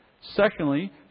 Secondly